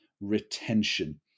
retention